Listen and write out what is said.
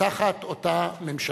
תחת אותה ממשלה.